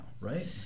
right